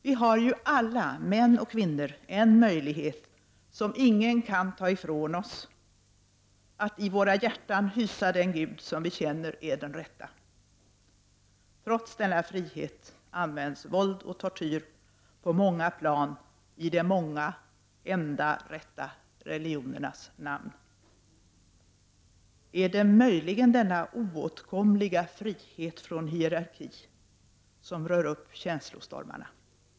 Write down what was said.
Vi har ju alla, män och kvinnor, en möjlighet som ingen kan ta ifrån oss — att i våra hjärtan hysa den gud som vi känner är den rätta. Trots denna frihet används våld och tortyr på många plan i de många enda rätta religionernas namn. Är det möjligen denna oåtkomliga frihet från hierarki som rör upp känslostormarna?